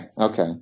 Okay